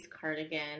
cardigan